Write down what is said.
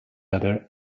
other